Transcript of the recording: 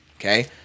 Okay